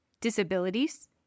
disabilities